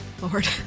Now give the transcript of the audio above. Lord